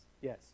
Yes